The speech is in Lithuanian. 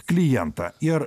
klientą ir